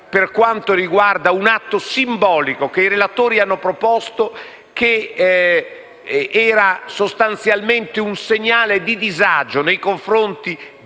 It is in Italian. riguardo ad un atto simbolico che i relatori hanno proposto e che era sostanzialmente un segnale di disagio nei confronti